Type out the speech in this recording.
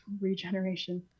regeneration